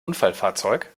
unfallfahrzeug